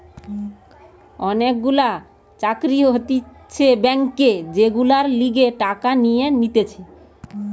অনেক গুলা চাকরি হতিছে ব্যাংকে যেগুলার লিগে টাকা নিয়ে নিতেছে